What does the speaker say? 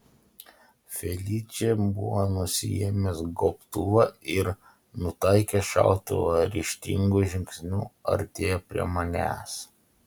feličė buvo nusiėmęs gobtuvą ir nutaikęs šautuvą ryžtingu žingsniu artėjo prie manęs